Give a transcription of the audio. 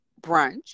brunch